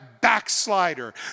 backslider